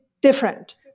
different